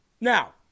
Now